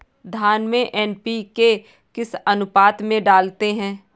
धान में एन.पी.के किस अनुपात में डालते हैं?